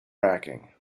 racking